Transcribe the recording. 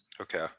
Okay